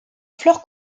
fleur